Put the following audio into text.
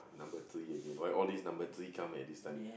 number three again why all these number three come at this time